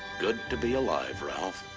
good to be alive ralph